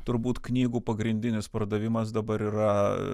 turbūt knygų pagrindinis pardavimas dabar yra